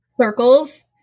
circles